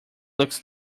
looks